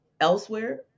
elsewhere